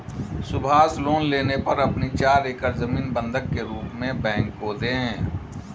Subhash loan लेने पर अपनी चार एकड़ जमीन बंधक के रूप में बैंक को दें